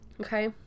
okay